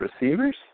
receivers